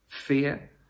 fear